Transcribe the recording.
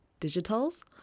digitals